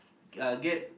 uh get